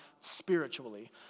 spiritually